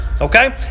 Okay